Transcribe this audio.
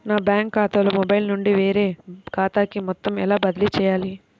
నా బ్యాంక్ ఖాతాలో మొబైల్ నుండి వేరే ఖాతాకి మొత్తం ఎలా బదిలీ చేయాలి?